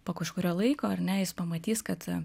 po kažkurio laiko ar ne jis pamatys kad